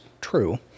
true